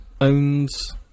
owns